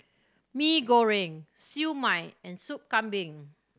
Mee Goreng Siew Mai and Sup Kambing